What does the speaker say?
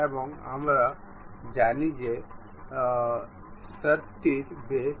এটা ছিল কয়েন্সিডেন্ট মেট